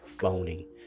phony